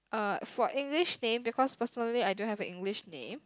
uh for English name because personally I don't have a English name